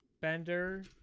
Bender